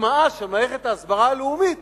הטמעה של מערכת ההסברה הלאומית